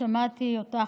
כששמעתי אותך,